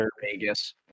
Vegas